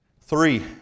Three